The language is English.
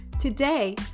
Today